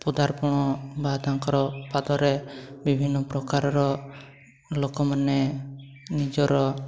ପଦାର୍ପଣ ବା ତାଙ୍କର ପାଖରେ ବିଭନ୍ନ ପ୍ରକାରର ଲୋକମାନେ ନିଜର